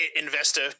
investor